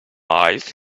ice